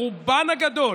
ברובן הגדול,